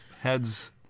Heads